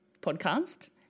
Podcast